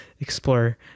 explore